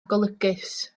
golygus